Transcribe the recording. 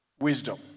Wisdom